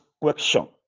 question